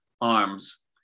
arms